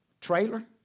trailer